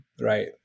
right